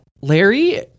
larry